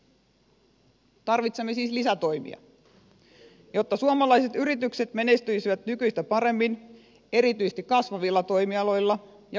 tarvitsemme siis lisätoimia jotta suomalaiset yritykset menestyisivät nykyistä paremmin erityisesti kasvavilla toimialoilla ja uusilla vientimarkkinoilla